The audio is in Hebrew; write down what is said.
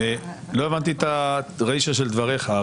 לא הבנתי את הרישא של דברייך.